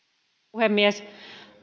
puhemies